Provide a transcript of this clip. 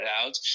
out